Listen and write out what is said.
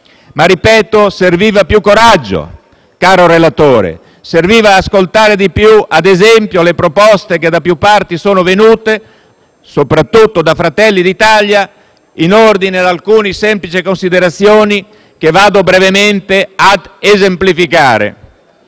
sarebbe servito più coraggio, caro relatore, ad esempio ascoltando di più le proposte che da più parti sono venute - soprattutto da Fratelli d'Italia - in ordine ad alcune semplici considerazioni che vado brevemente a esemplificare.